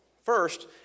First